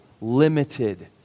limited